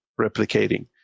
replicating